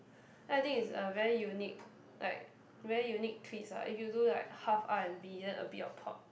then I think it's a very unique like very unique twist ah if you do like half R and B then a bit of pop